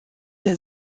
der